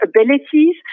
abilities